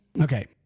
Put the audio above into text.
Okay